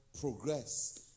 progress